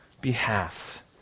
behalf